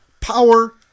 Power